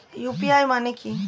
UPI মানে কি?